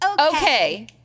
Okay